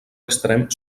extrem